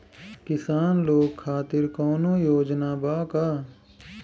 किसान लोग खातिर कौनों योजना बा का?